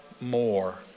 more